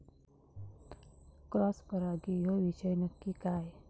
Cross परागी ह्यो विषय नक्की काय?